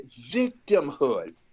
victimhood